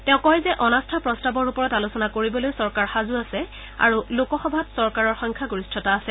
তেওঁ কয় যে অনাস্থা প্ৰস্তাৱৰ ওপৰত আলোচনা কৰিবলৈ চৰকাৰ সাজু আছে আৰু লোকসভাত চৰকাৰৰ সংখ্যাগৰিষ্ঠতা আছে